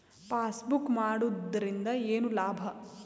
Passbook ಮಾಡುದರಿಂದ ಏನು ಲಾಭ?